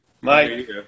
Mike